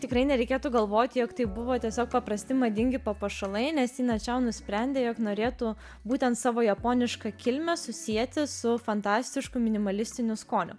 tikrai nereikėtų galvot jog tai buvo tiesiog paprasti madingi papuošalai nes tina čiau nusprendė jog norėtų būtent savo japonišką kilmę susieti su fantastišku minimalistiniu skoniu